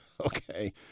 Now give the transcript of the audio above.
okay